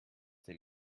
dem